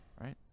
right